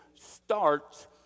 starts